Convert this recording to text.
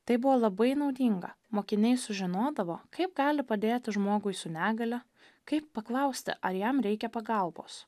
tai buvo labai naudinga mokiniai sužinodavo kaip gali padėti žmogui su negalia kaip paklausti ar jam reikia pagalbos